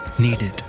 needed